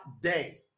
day